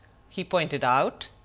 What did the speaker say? he pointed out,